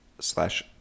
slash